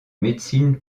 médecine